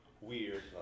weird